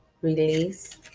release